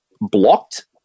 blocked